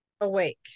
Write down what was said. Awake